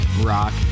Rock